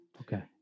Okay